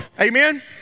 Amen